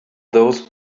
those